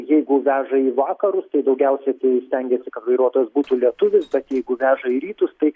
jeigu veža į vakarus tai daugiausiai tai stengiasi kad vairuotojas būtų lietuvis bet jeigu veža į rytus tai